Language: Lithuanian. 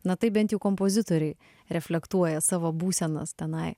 na taip bent jau kompozitoriai reflektuoja savo būsenas tenai